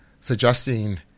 suggesting